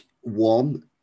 one